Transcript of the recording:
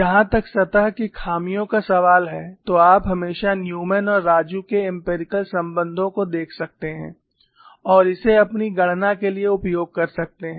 जहां तक सतह की खामियों का सवाल है तो आप हमेशा न्यूमैन और राजू के एम्पिरिकल संबंधों को देख सकते हैं और इसे अपनी गणना के लिए उपयोग कर सकते हैं